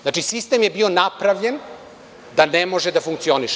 Znači, sistem je bio napravljen da ne može da funkcioniše.